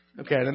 Okay